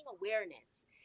awareness